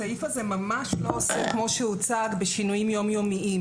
הסעיף הזה ממש לא כמו שהוצג בשינויים יום יומיים.